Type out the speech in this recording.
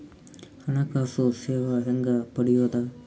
ಹಣಕಾಸು ಸೇವಾ ಹೆಂಗ ಪಡಿಯೊದ?